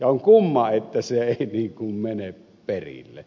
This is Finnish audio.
on kummaa että se ei mene perille